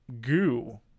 goo